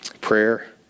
prayer